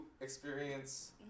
experience